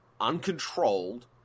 uncontrolled